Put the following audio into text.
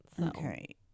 Okay